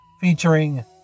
featuring